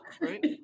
Right